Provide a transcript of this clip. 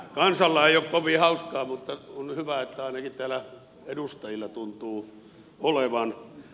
kansalla ei ole kovin hauskaa mutta on hyvä että ainakin täällä edustajilla tuntuu olevan